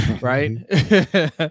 Right